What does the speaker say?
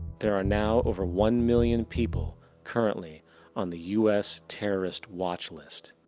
there are now over one million people currently on the us terrorist watch list.